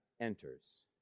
enters